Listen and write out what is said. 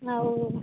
ଆଉ